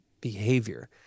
behavior